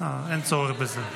אין צורך בזה.